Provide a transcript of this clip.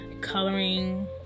Coloring